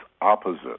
opposite